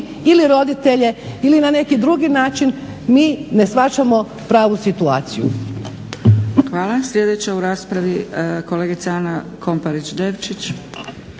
ili roditelje, ili na neki drugi način mi ne shvaćamo pravu situaciju. **Zgrebec, Dragica (SDP)** Hvala. Sljedeća u raspravi kolegica Ana Komparić Devčić.